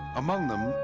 among them,